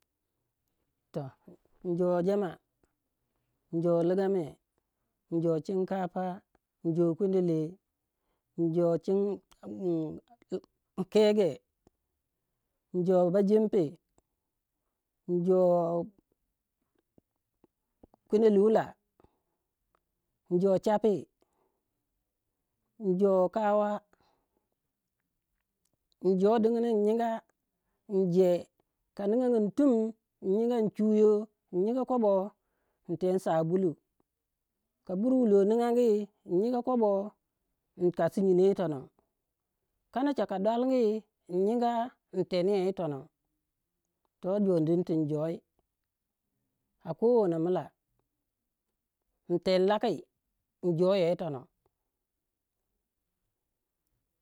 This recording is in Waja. Toh injoh jama, injoh ligame, injoh chinkapa, injoh kwendele injoh kege, injoh bajimpi, injoh kwendele wuu lah, injoh chapi, injoh kawa, injoh dingin in nyinga in je ka niganin tum in nyinga in chuyo in nyinga in teni, ka bur wulok nyingangi in yinga in kasi nyinou yitonouh, kanacha ka dwalgi in nyinga in teniya yitonoh. Toh jonimi tin joi a kono wono mila, in teni laki in joya yitonoh.